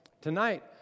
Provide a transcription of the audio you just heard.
tonight